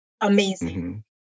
amazing